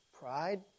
pride